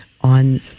on